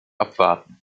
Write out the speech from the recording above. abwarten